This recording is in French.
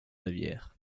bavière